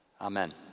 amen